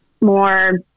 more